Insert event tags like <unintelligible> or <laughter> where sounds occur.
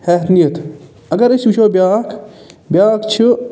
<unintelligible> اگر أسۍ وٕچھَو بیاکھ بیاکھ چھِ